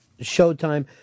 Showtime